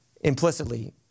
Implicitly